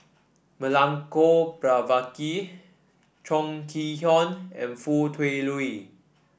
Milenko Prvacki Chong Kee Hiong and Foo Tui Liew